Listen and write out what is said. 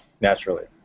naturally